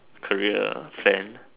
career fan